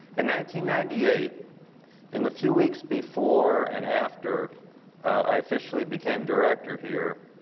and ninety ninety eight in the few weeks before and after i officially became director here,